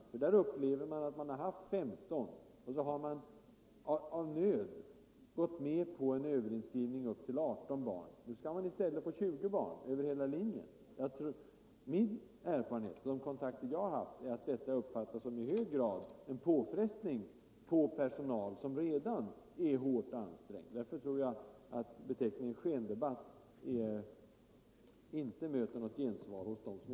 De har tidigare upplevt en gruppstorlek på 15 barn och har av nöd tvingats gå med på en överinskrivning till 18 barn. Nu skall man i stället få 20 barn över hela linjen. Min erfarenhet av de kontakter jag haft visar att detta i hög grad uppfattas som en påfrestning på personalen, som redan är hårt ansträngd. Därför tror jag inte att beteckningen skendebatt möter något gensvar hos de berörda.